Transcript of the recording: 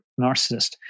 narcissist